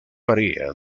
varía